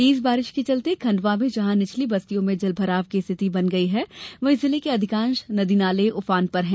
तेज बारिश के चलते खंडवा में जहां निचली बस्तियों में जल भराव की स्थिति निर्मित हो गयी वहीं जिले के अधिकांश नदी नाले उफान पर है